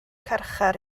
carchar